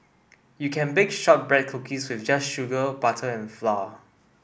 you can bake shortbread cookies just sugar butter and flour